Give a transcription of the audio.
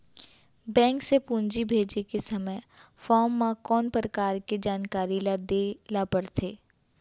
Bank से पूंजी भेजे के समय फॉर्म म कौन परकार के जानकारी ल दे ला पड़थे?